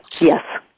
Yes